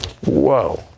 Whoa